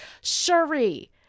Shuri